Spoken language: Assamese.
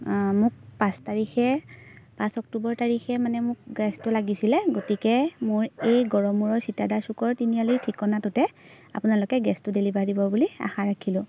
মোক পাঁচ তাৰিখে পাঁচ অক্টোবৰ তাৰিখে মানে মোক গেছটো লাগিছিলে গতিকে মোৰ এই গড়মূৰৰ চিতাদাৰ চুকৰ তিনিআলিৰ ঠিকনাটোতে আপোনালোকে গেছটো ডেলিভাৰী দিব বুলি আশা ৰাখিলোঁ